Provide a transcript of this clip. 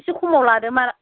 इसे खमाव लादो मा